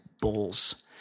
bulls